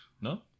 No